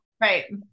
Right